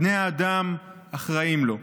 בני האדם, אחראים לו.